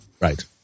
Right